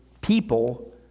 people